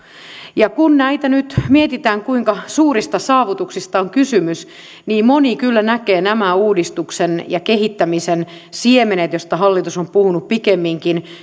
ja kun näitä nyt mietitään kuinka suurista saavutuksista on kysymys niin moni kyllä näkee nämä uudistuksen ja kehittämisen siemenet joista hallitus on puhut pikemminkin